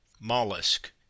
mollusk